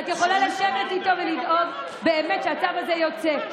את יכולה לשבת איתו ולדאוג שבאמת הצו הזה יצא,